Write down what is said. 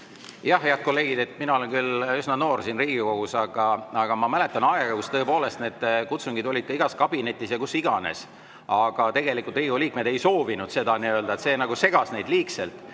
Jah, head kolleegid, mina olen küll üsna noor siin Riigikogus, aga ma mäletan aega, kui tõepoolest need kutsungid olid igas kabinetis ja kus iganes. Aga tegelikult Riigikogu liikmed ei soovinud seda, see segas neid liigselt